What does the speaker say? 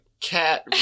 Cat